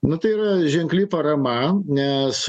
nu tai yra ženkli parama nes